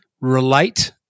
relate